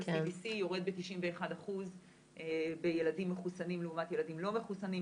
ה-CDC יורד ב-91% בילדים מחוסנים לעומת ילדים לא מחוסנים.